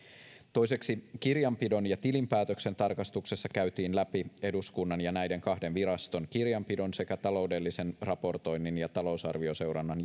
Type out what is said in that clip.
toiseksi kirjanpidon ja tilinpäätöksen tarkastuksessa käytiin läpi eduskunnan ja näiden kahden viraston kirjanpidon sekä taloudellisen raportoinnin ja talousarvioseurannan